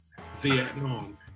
Vietnam